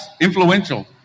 influential